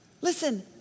Listen